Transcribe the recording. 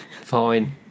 Fine